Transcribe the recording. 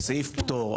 כסעיף פטור,